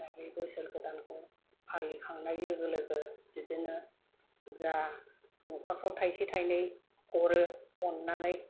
दा बे बोसोर गोदानखौ फालिखांनाय लोगो लोगो बिदिनो जा न'खरफ्राव थाइसे थाइनै हरो अननानै